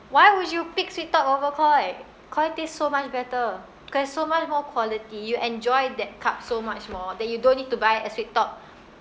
why would you pick Sweettalk over Koi Koi taste so much better cause so much more quality you enjoy that cup so much more that you don't need to buy a Sweettalk